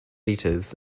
eaters